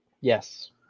Yes